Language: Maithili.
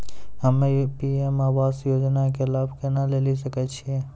हम्मे पी.एम आवास योजना के लाभ केना लेली सकै छियै?